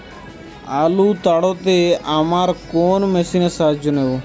আলু তাড়তে আমরা কোন মেশিনের সাহায্য নেব?